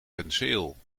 penseel